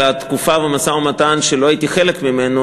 התקופה במשא-ומתן שלא הייתי חלק ממנו,